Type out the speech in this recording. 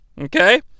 Okay